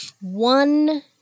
One